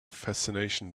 fascination